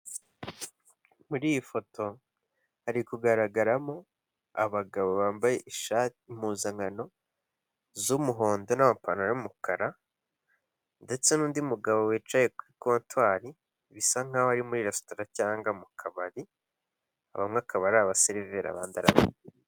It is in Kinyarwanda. Muri iyi foto hari kugaragaramo abagabo bambaye ishati mpuzankano z'umuhondo n'apantaro y'umukara ndetse n'undi mugabo wicaye kuri kontwari, bisa nk'aho ari muri resitora cyangwa mu kabari, bamwe akaba ari abasiriveri abandi ari abakiriya.